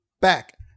back